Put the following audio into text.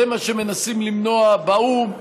זה מה שמנסים למנוע באו"ם,